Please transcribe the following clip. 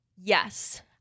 Yes